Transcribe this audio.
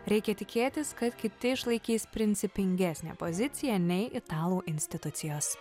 reikia tikėtis kad kiti išlaikys principingesnę poziciją nei italų institucijos